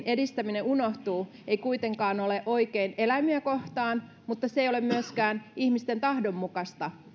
edistäminen unohtuu ei kuitenkaan ole oikein eläimiä kohtaan mutta se ei ole myöskään ihmisten tahdon mukaista